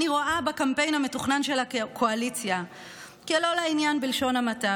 אני רואה בקמפיין המתוכנן של הקואליציה כלא לעניין בלשון המעטה.